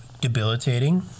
debilitating